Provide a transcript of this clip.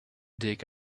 dig